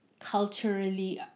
culturally